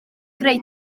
greu